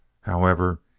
however,